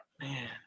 Man